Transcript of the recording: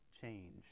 change